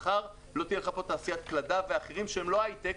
מחר לא תהיה לך פה תעשיית פלדה ואחרות שהן לא הייטק,